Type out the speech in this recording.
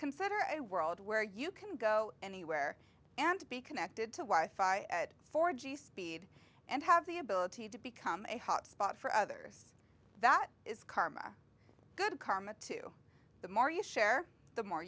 consider i world where you can go anywhere and be connected to wife i at four g speed and have the ability to become a hotspot for others that is karma good karma to the more you share the more